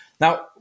Now